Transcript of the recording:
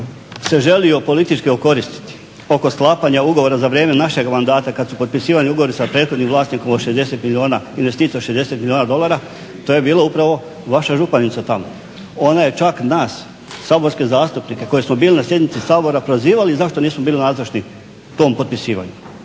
se želio politički okoristiti oko sklapanja ugovora za vrijeme našeg mandata kad su potpisivani ugovori sa prethodnim vlasnikom od 60 milijuna, investicija od 60 milijuna dolara, to je bila upravo vaša županica tamo. Ona je čak nas saborske zastupnike koji smo bili na sjednici Sabora prozivali zašto nismo bili nazočni tom potpisivanju,